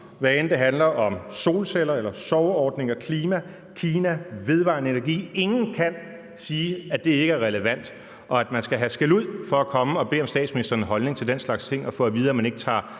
hvad enten det handler om solceller, sorgordning, klima, Kina eller vedvarende energi. Ingen kan sige, at det ikke er relevant, og at man skal have skældud for at komme og bede om statsministerens holdning til den slags ting og få at vide, at man ikke tager